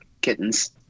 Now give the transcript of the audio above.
kittens